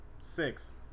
Six